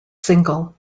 single